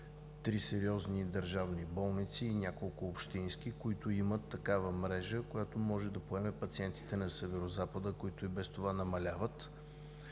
три сериозни държавни болници и няколко общински, които имат такава мрежа, която може да поеме пациентите на Северозапада, които и без това намаляват.